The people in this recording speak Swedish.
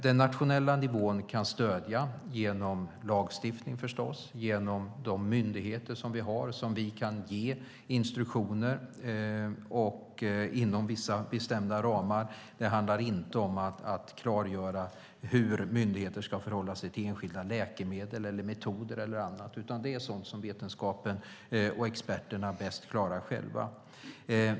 Den nationella nivån kan stödja genom lagstiftning, förstås, och genom de myndigheter som vi har, som vi kan ge instruktioner inom vissa bestämda ramar. Det handlar inte om att klargöra hur myndigheter ska förhålla sig till enskilda läkemedel, metoder eller annat, utan det är sådant som vetenskapen och experterna klarar bäst själva.